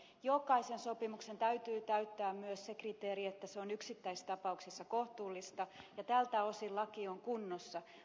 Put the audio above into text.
jokaisen sopimuksen täytyy täyttää myös se kriteeri että se on yksittäistapauksessa kohtuullista ja tältä osin laki on kunnossa